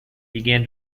began